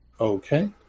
Okay